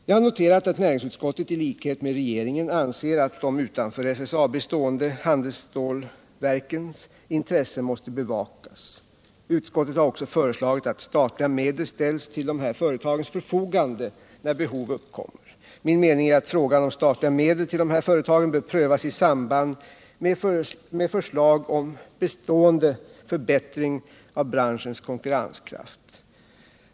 Jag har noterat att näringsutskottet i likhet med regeringen anser att de utanför SSAB stående handelsstålverkens intressen måste bevakas. Utskottet har också föreslagit att statliga medel ställs till dessa företags förfogande, om behov uppkommer. Min mening är att frågan om statliga medel till dessa företag bör prövas i samband med förslag till bestående förbättring av branschens konkurrenskraft.